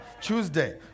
Tuesday